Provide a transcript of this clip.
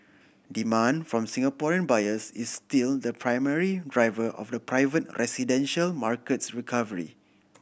demand from Singaporean buyers is still the primary driver of the private residential market's recovery